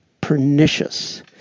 pernicious